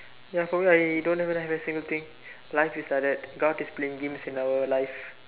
ya for now I don't even have a single thing life is like that god is playing games in our life